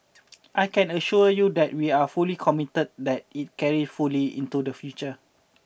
I can assure you that we are fully committed that it carry fully into the future